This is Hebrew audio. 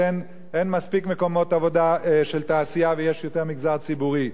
שאין מספיק מקומות עבודה בתעשייה ויש יותר מגזר ציבורי.